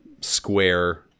square